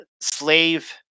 slave